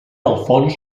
alfons